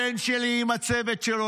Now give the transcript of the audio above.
הבן שלי עם הצוות שלו,